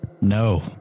No